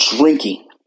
drinking